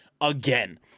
again